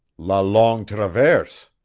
la longue traverse.